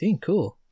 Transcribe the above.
Cool